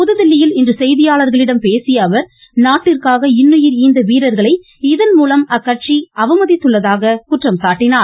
புதுதில்லியில் இன்று செய்தியாளர்களிடம் பேசிய அவர் நாட்டிற்காக இன்னுயிர் ஈந்த வீரர்களை இதன்மூலம் அக்கட்சி அவமதித்துள்ளதாக அவர் குறைகூறினார்